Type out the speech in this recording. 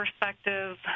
perspective